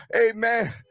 amen